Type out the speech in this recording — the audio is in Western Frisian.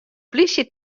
plysje